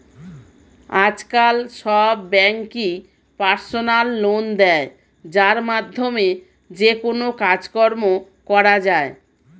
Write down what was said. আজকাল সব ব্যাঙ্কই পার্সোনাল লোন দেয় যার মাধ্যমে যেকোনো কাজকর্ম করা যায়